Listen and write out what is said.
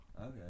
Okay